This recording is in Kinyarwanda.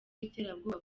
iterabwoba